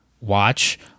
watch